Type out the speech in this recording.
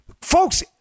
Folks